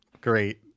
great